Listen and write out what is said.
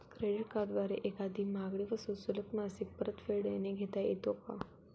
Credit कार्डद्वारे एखादी महागडी वस्तू सुलभ मासिक परतफेडने घेता येते का?